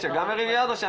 אני מרגיש כאילו אני